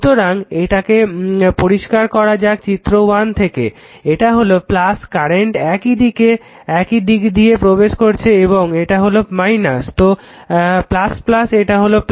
সুতরাং এটাকে পরিষ্কার করা যাক চিত্র 1 থেকে তো এটা হলো কারেন্ট এইদিক দিয়ে প্রবেশ করছে এবং এটা হলো তো এটা হলো